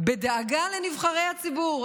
בדאגה לנבחרי הציבור?